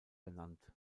benannt